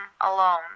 alone